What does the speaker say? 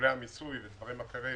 למסלולי המיסוי ולדברים אחרים